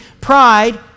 pride